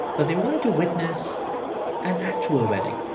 that they wanted to witness an actual wedding.